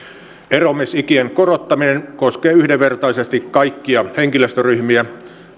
eroamisikien korottaminen koskee yhdenvertaisesti kaikkia henkilöstöryhmiä